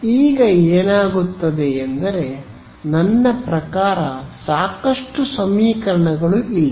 ಈಗ ಏನಾಗುತ್ತದೆ ಎಂದರೆ ನನ್ನ ಪ್ರಕಾರ ಸಾಕಷ್ಟು ಸಮೀಕರಣಗಳು ಇಲ್ಲ